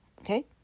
Okay